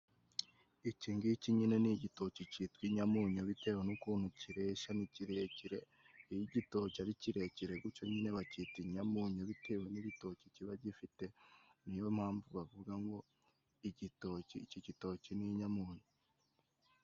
Ikingiki nyine ni igitoki citwa inyamunyu bitewe n'ukuntu kireshya, ni kirekire. Iyo igitoki ari kirekire gucyo nyine bacyita inyamonyu bitewe n'ibitoki kiba gifite. Ni yo mpamvu bavuga ngo iki gitoki inyamunyu.